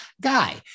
guy